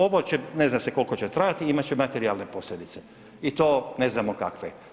Ovo ne zna se koliko će trajat i imat će materijalne posljedice i to ne znamo kakve.